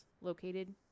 located